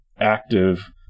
active